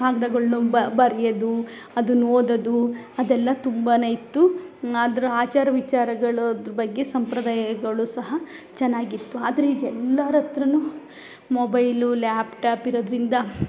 ಕಾಗ್ದಗಳನ್ನು ಬರಿಯೋದು ಅದನ್ನ ಓದೋದು ಅದೆಲ್ಲ ತುಂಬಾ ಇತ್ತು ಅದ್ರ ಆಚಾರ ವಿಚಾರಗಳು ಅದ್ರ ಬಗ್ಗೆ ಸಂಪ್ರದಾಯಗಳು ಸಹ ಚೆನ್ನಾಗಿತ್ತು ಆದ್ರೆ ಈಗ ಎಲ್ಲರಹತ್ರ ಮೊಬೈಲು ಲ್ಯಾಪ್ಟಾಪ್ ಇರೋದ್ರಿಂದ